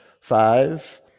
Five